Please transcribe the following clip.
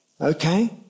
Okay